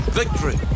victory